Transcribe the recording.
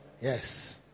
Yes